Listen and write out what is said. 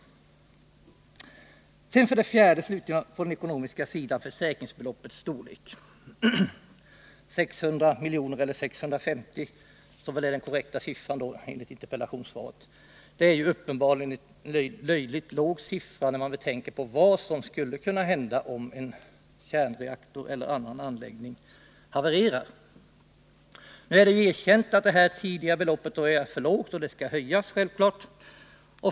Jag vill slutligen ta upp frågan om försäkringsbeloppets storlek, som enligt interpellationssvaret är 650 milj.kr. Det är uppenbarligen en löjligt låg summa, med tanke på vad som skulle kunna hända om en kärnkraftsreaktor eller någon annan anläggning där motsvarande risker finns havererar. Det är ett erkänt faktum att det tidigare fastställda beloppet är för lågt, och det skall självfallet höjas.